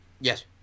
Yes